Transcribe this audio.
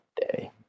day